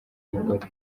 mugore